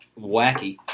wacky